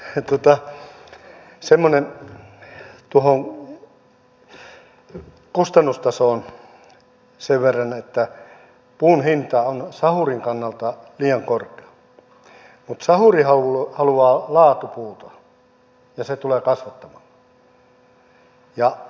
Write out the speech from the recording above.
tuohon kustannustasoon sen verran että puun hinta on sahurin kannalta liian korkea mutta sahuri haluaa laatupuuta ja se tulee kasvattamaan